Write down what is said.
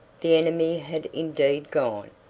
the enemy had indeed gone,